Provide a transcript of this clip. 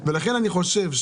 לא נכון.